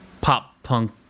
pop-punk